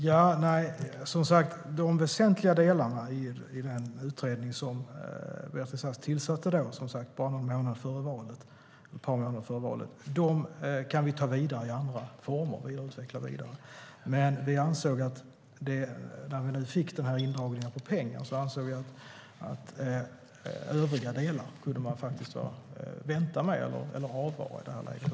Herr talman! De väsentliga delarna i den utredning som Beatrice Ask tillsatte bara ett par månader före valet kan vi ta vidare i andra former och utveckla vidare. När vi nu fick indragningen av pengar ansåg vi att övriga delar kunde man vänta med eller avvara i det här läget.